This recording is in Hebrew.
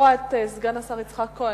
סגן השר יצחק כהן.